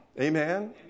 Amen